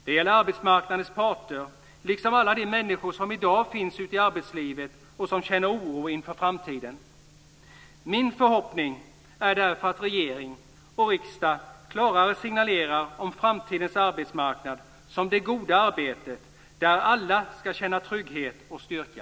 Det gäller arbetsmarknadens parter liksom alla de människor som i dag finns ute i arbetslivet och som känner oro inför framtiden. Min förhoppning är därför att regering och riksdag klarare signalerar om framtidens arbetsmarknad som det goda arbetet, där alla ska känna trygghet och styrka.